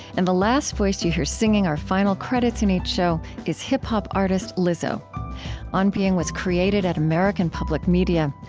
and the last voice that you hear singing our final credits in each show is hip-hop artist lizzo on being was created at american public media.